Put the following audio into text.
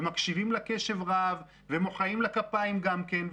ומקשיבים לה קשב רב ומוחאים לה כפיים גם כן,